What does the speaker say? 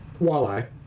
walleye